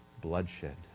bloodshed